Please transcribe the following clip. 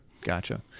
Gotcha